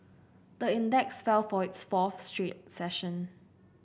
the index fell for its fourth straight session